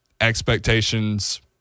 expectations